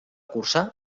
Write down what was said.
cursar